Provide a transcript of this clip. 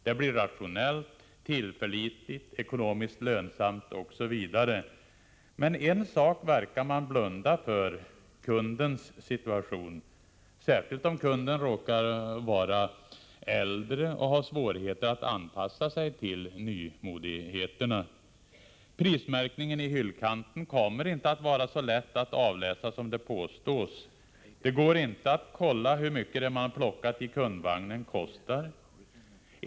Det blir rationellt, tillförlitligt, ekonomiskt lönsamt osv. Men en sak verkar man blunda för: kundens situation — särskilt om kunden råkar vara äldre och ha svårigheter att anpassa sig till nymodigheterna. Prismärkningen på hyllkanten kommer inte att vara så lätt att avläsa som det påstås. Det går inte att kontrollera hur mycket det man plockat i kundvagnen kostar.